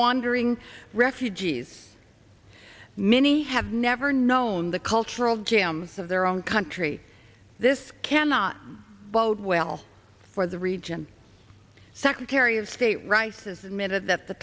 wandering refugees many have never known the cultural jam their own country this can not bode well for the region secretary of state rice has admitted that the